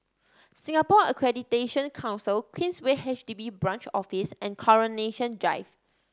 Singapore Accreditation Council Queensway H D B Branch Office and Coronation Drive